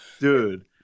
Dude